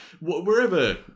wherever